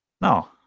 No